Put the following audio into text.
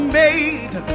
made